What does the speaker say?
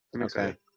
Okay